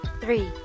three